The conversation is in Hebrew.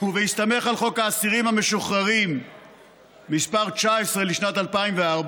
ועל חוק האסירים המשוחררים מס' 19 לשנת 2004,